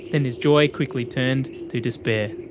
then his joy quickly turned to despair,